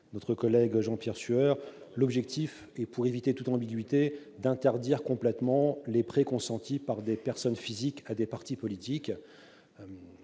défendre M. Jean-Pierre Sueur. L'objectif est d'éviter toute ambiguïté en interdisant complètement les prêts consentis par des personnes physiques à des partis politiques.